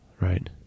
right